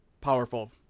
powerful